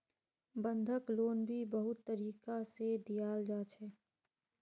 बंधक लोन भी बहुत तरीका से दियाल जा छे